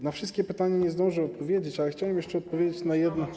Na wszystkie pytania nie zdążę odpowiedzieć, ale chciałem jeszcze odpowiedzieć na jedno.